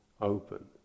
Open